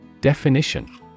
Definition